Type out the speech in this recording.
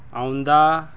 ਆਉਂਦਾ